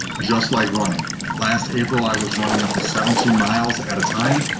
just like running last april, i was running up to seventy miles at a time,